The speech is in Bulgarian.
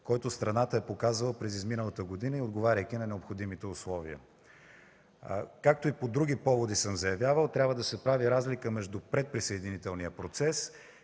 който страната е показала през изминалата година, отговаряйки на необходимите условия. Както и по други поводи съм заявявал, трябва да се прави разлика между предприсъединителния процес